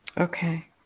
Okay